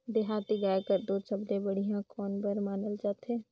देहाती गाय कर दूध सबले बढ़िया कौन बर मानल जाथे?